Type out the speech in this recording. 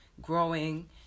growing